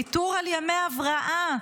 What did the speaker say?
ויתור על ימי הבראה,